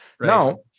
Now